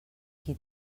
qui